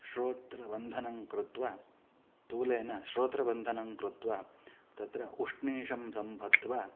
श्रोत्रबन्धनं कृत्वा तूलेन श्रोत्रबन्धनं कृत्वा तत्र उष्णीशं सम्बद्ध्वा